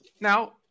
Now